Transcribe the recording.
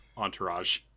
Entourage